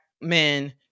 men